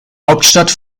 hauptstadt